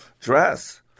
dress